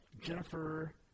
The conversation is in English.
jennifer